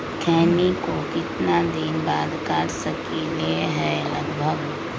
खैनी को कितना दिन बाद काट सकलिये है लगभग?